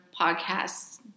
podcasts